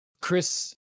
Chris